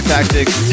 Tactics